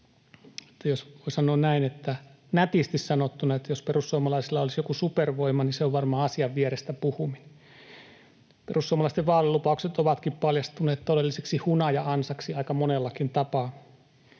jos perussuomalaisilla olisi joku supervoima, niin se on varmaan asian vierestä puhuminen. Perussuomalaisten vaalilupaukset ovatkin paljastuneet todelliseksi hunaja-ansaksi aika monellakin tapaa.